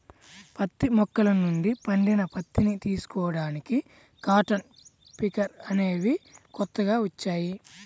పత్తి మొక్కల నుండి పండిన పత్తిని తీసుకోడానికి కాటన్ పికర్ అనేవి కొత్తగా వచ్చాయి